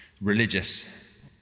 religious